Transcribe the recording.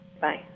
Bye